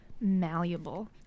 malleable